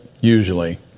usually